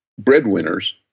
breadwinners